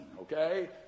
okay